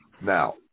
now